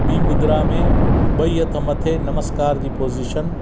ॿीं मुद्रा में ॿई हथ मथे नमस्कार जी पोज़ीशन